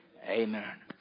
Amen